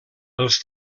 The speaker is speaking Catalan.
els